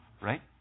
right